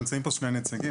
נמצאים פה שני נציגים.